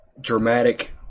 dramatic